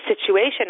situation